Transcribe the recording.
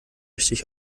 richtig